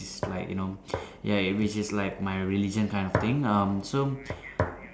which is like you know ya which is like my religion kind of thing um so